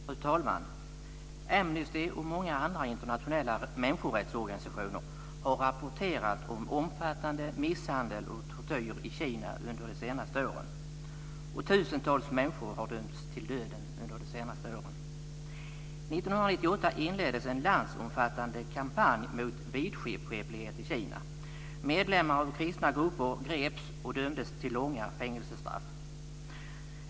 Fru talman! Amnesty och många andra internationella människorättsorganisationer har rapporterat om omfattande misshandel och tortyr i Kina under de senaste åren, och tusentals människor har dömts till döden under de senaste åren. 1998 inleddes en landsomfattande kampanj mot vidskeplighet i Kina. Medlemmar av kristna grupper greps och dömdes till långa fängelsestraff.